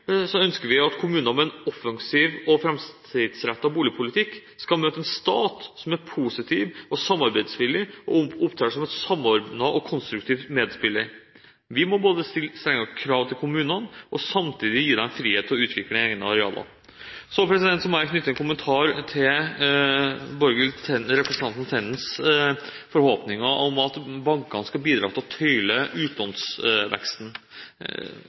ønsker at kommuner med en offensiv og framtidsrettet boligpolitikk skal møte en stat som er positiv og samarbeidsvillig og som opptrer som en samordnet og konstruktiv medspiller. Vi må både stille strengere krav til kommunene, og samtidig gi dem frihet til å utvikle egne arealer. Så må jeg knytte en kommentar til representanten Borghild Tendens forhåpninger om at bankene skal bidra til å tøyle utlånsveksten.